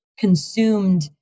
Consumed